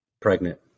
pregnant